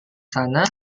sana